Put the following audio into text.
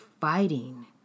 fighting